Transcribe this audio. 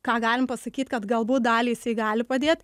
ką galim pasakyt kad galbūt daliai jisai gali padėt